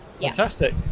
Fantastic